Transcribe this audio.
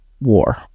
war